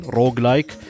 roguelike